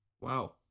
Wow